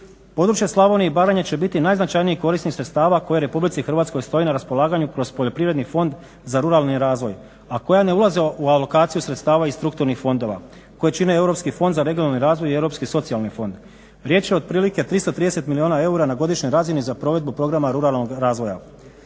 Područje Slavonije i Baranje će biti najznačajniji korisnik sredstava koje RH stoji na raspolaganju kroz poljoprivredni fond za ruralni razvoj, a koja ne ulaze u alokaciju sredstava i strukturnih fondova koje čine europski fond za regionalni razvoj i europski socijalni fond. Riječ je otprilike o 330 milijuna eura na godišnjoj razini za provedbu programa razvoja.